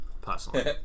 personally